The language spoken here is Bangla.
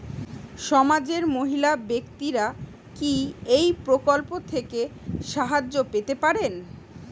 সমাজের মহিলা ব্যাক্তিরা কি এই প্রকল্প থেকে সাহায্য পেতে পারেন?